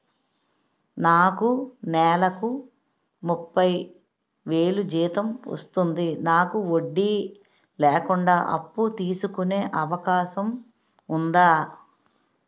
నాకు నేలకు ముప్పై వేలు జీతం వస్తుంది నాకు వడ్డీ లేకుండా అప్పు తీసుకునే అవకాశం ఉందా